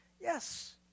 yes